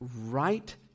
right